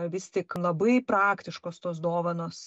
vis tik labai praktiškos tos dovanos